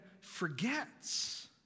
forgets